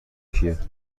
کیه